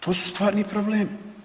To su stvarni problemi.